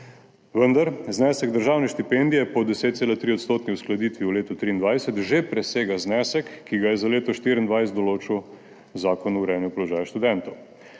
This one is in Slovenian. Vendar znesek državne štipendije po 10,3 odstotni uskladitvi v letu 2023 že presega znesek, ki ga je za leto 2024 določil Zakon o urejanju položaja študentov.